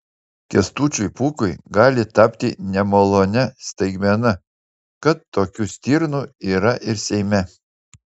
kęstučiui pūkui gali tapti nemalonia staigmena kad tokių stirnų yra ir seime